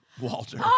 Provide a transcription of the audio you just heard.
Walter